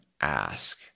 ask